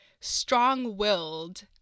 strong-willed